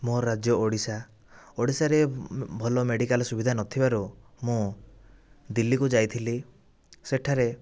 ମୋର ରାଜ୍ୟ ଓଡ଼ିଶା ଓଡ଼ିଶାରେ ଭଲ ମେଡିକାଲ ସୁବିଧା ନଥିବାରୁ ମୁଁ ଦିଲ୍ଲୀକୁ ଯାଇଥିଲି ସେଠାରେ